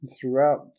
throughout